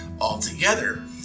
altogether